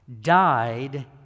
died